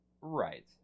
Right